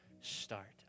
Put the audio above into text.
start